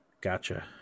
Gotcha